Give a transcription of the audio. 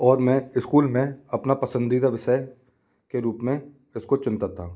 और मैं स्कूल में अपना पसंदीदा विषय के रूप में इसको चुनता था